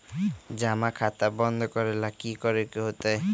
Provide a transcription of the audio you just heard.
जमा खाता बंद करे ला की करे के होएत?